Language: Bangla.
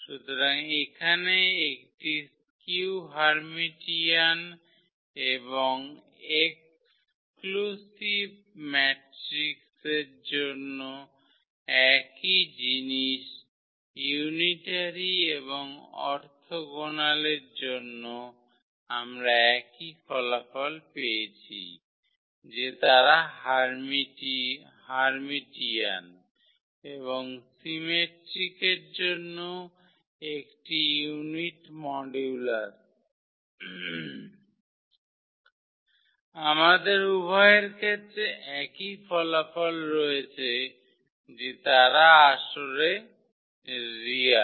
সুতরাং এখানে একটি স্কিউ হার্মিটিয়ান এবং এক্সক্লুসিভ মেট্রিকের জন্য একই জিনিস ইউনিটারি এবং অরথোগোনালের জন্য আমরা একই ফলাফল পেয়েছি যে তারা হার্মিটিয়ান এবং সিমেট্রিকের জন্য একটি ইউনিট মডুলাস আমাদের উভয়ের ক্ষেত্রে একই ফলাফল রয়েছে যে তারা আসলে রিয়াল